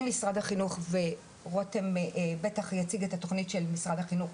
במשרד החינוך ורותם בטח יציג את התוכנית של משרד החינוך,